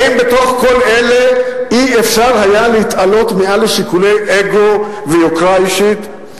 האם בתוך כל אלה אי-אפשר היה להתעלות מעל לשיקולי אגו ויוקרה אישית?